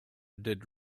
did